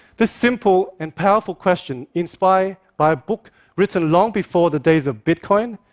this simple and powerful question inspired by a book written long before the days of bitcoin,